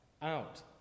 Out